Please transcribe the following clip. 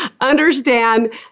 understand